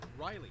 Riley